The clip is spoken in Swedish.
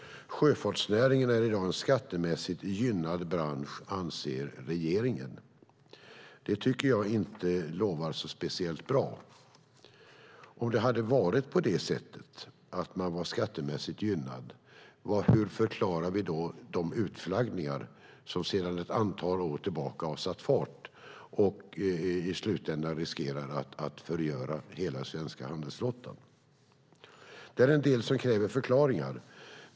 Sjöfartsnäringen är i dag en skattemässigt gynnad bransch, anser regeringen. Jag tycker inte att det lovar speciellt gott. Om det hade varit på det sättet att man var skattemässigt gynnad, hur förklarar vi då de utflaggningar som sedan ett antal år tillbaka har satt fart och i slutändan riskerar att förgöra hela den svenska handelsflottan? Det är en del som kräver förklaringar.